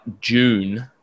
June